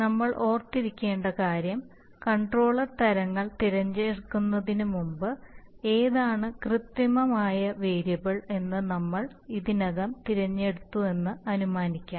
നമ്മൾ ഓർത്തിരിക്കേണ്ട കാര്യം കൺട്രോളർ തരങ്ങൾ തിരഞ്ഞെടുക്കുന്നതിന് മുമ്പ് ഏതാണ് കൃത്രിമമായ വേരിയബിൾ എന്ന് നമ്മൾ ഇതിനകം തിരഞ്ഞെടുത്തുവെന്ന് അനുമാനിക്കാം